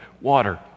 water